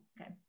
Okay